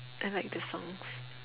I like the songs